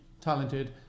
talented